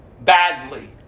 badly